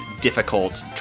difficult